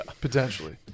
Potentially